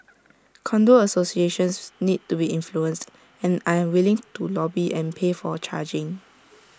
condo associations need to be influenced and I am willing to lobby and pay for charging